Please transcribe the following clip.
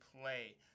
play